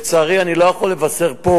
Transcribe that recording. לצערי אני לא יכול לבשר פה,